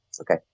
Okay